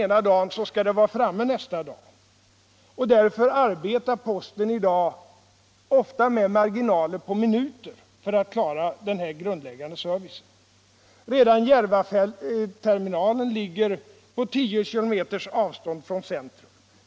För att klara denna grundläggande service arbetar posten i dag ofta med marginaler på minuter. Redan Järvaterminalen ligger på 10 km avstånd från centrum.